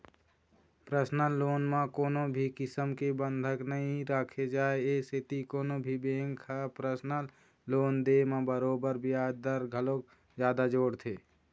personal loan म कोनो भी किसम के बंधक नइ राखे जाए ए सेती कोनो भी बेंक ह परसनल लोन दे म बरोबर बियाज दर घलोक जादा जोड़थे